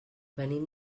venim